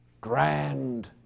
grand